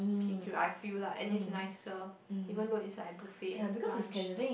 P_Q I feel lah and it's nicer even though is like a buffet lunch